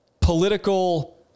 political